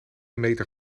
meter